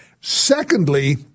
Secondly